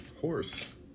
horse